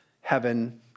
heaven